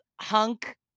hunk